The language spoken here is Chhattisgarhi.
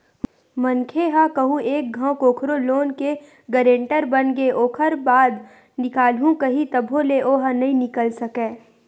मनखे ह कहूँ एक घांव कखरो लोन के गारेंटर बनगे ओखर बाद निकलहूँ कइही तभो ले ओहा नइ निकल सकय